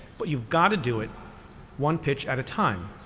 but you've got to do it one pitch at a time.